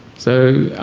so,